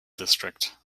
district